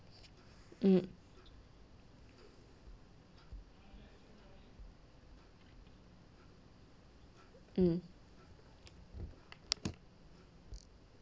mm mm